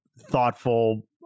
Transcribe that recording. thoughtful